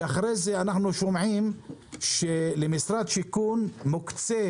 ולאחר מכן אנחנו שומעים שלמשרד השיכון מוקצים